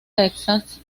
texas